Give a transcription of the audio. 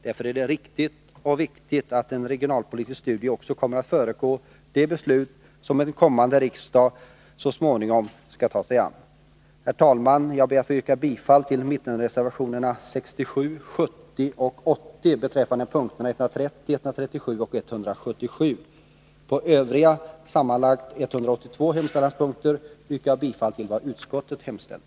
Därför är det riktigt och viktigt att en regionalpolitisk studie också kommer att föregå de beslut som en kommande riksdag så småningom skall ta sig an. Herr talman! Jag ber att få yrka bifall till mittenreservationerna 67, 70 och 80 beträffande punkterna 130, 137 och 177. På övriga sammanlagt 182 hemställanspunkter yrkar jag bifall till vad utskottet hemställt.